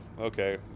okay